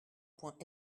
point